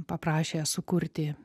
paprašė sukurti